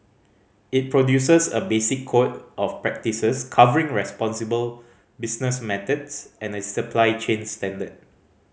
it produces a basic code of practices covering responsible business methods and a supply chain standard